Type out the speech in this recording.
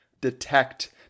detect